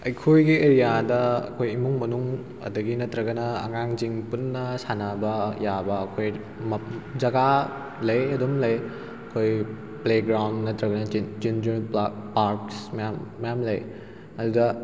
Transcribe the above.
ꯑꯩꯈꯣꯏꯒꯤ ꯑꯦꯔꯤꯌꯥꯗ ꯑꯩꯈꯣꯏ ꯏꯃꯨꯡ ꯃꯅꯨꯡ ꯑꯗꯒꯤ ꯅꯠꯇ꯭ꯔꯒꯅ ꯑꯉꯥꯡꯁꯤꯡ ꯄꯨꯟꯅ ꯁꯥꯟꯅꯕ ꯌꯥꯕ ꯑꯩꯈꯣꯏ ꯖꯒꯥ ꯂꯩ ꯑꯗꯨꯝ ꯂꯩ ꯑꯩꯈꯣꯏ ꯄ꯭ꯂꯦ ꯒ꯭ꯔꯥꯎꯟ ꯅꯠꯇ꯭ꯔꯒꯅ ꯆꯤꯜꯗ꯭ꯔꯦꯟ ꯄꯥꯔꯛꯁ ꯃꯌꯥꯝ ꯂꯩ ꯑꯗꯨꯗ